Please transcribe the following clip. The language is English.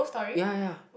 ya ya ya